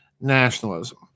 nationalism